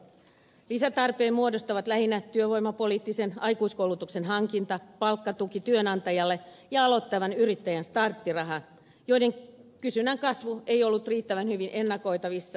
lisätarpeen muodostavat lähinnä työvoimapoliittisen aikuiskoulutuksen hankinta palkkatuki työnantajalle ja aloittavan yrittäjän starttiraha joiden kysynnän kasvu ei ollut riittävän hyvin ennakoitavissa